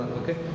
okay